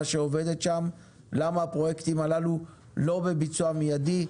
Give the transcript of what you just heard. שעובדת שם יבדקו מדוע הפרויקטים הללו לא בביצוע מיידי,